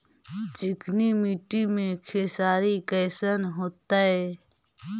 चिकनकी मट्टी मे खेसारी कैसन होतै?